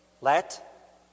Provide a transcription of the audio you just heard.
let